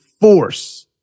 force